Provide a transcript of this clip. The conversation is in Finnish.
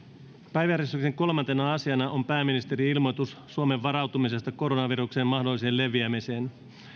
päiväjärjestyksen kolmantena asiana on pääministerin ilmoitus suomen varautumisesta koronaviruksen mahdolliseen leviämiseen